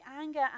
anger